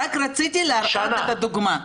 שנה.